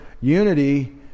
unity